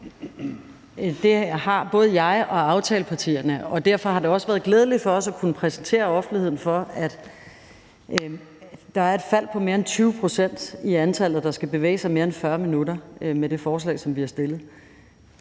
Det har både jeg og aftalepartierne, og derfor har det også været glædeligt for os at kunne præsentere offentligheden for, at der er et fald på mere end 20 pct. i antallet, der skal bevæge sig mere end 40 minutter, med det forslag, som vi har lagt